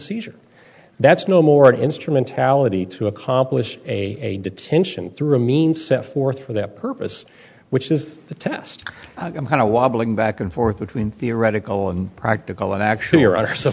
seizure that's no more instrumentality to accomplish a detention through a means set forth for that purpose which is the test kind of wobbling back and forth between theoretical and practical and actually or other s